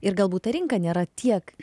ir galbūt ta rinka nėra tiek